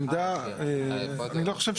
עכשיו,